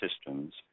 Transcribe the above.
systems